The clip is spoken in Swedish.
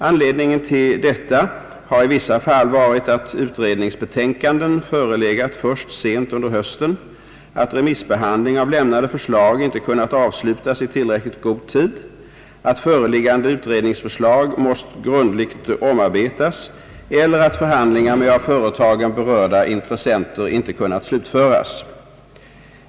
Anledningen till detta har i vissa fall varit att utredningsbetänkanden förelegat först sent under hösten, att remissbehandling av lämnade förslag inte kunnat avslutas i tillräckligt god tid, att föreliggande utredningsförslag måst grundligt omarbetas eller att förhandlingar med av förslagen berörda intressenter inte kunnat slutföras.